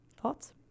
Thoughts